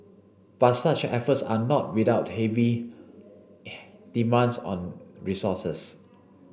but such efforts are not without heavy demands on resources